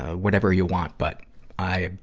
whatever you want. but i,